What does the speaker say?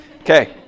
Okay